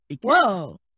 Whoa